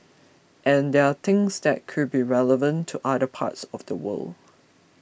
and there things that could be relevant to other parts of the world